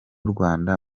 rwanda